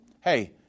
hey